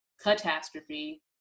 catastrophe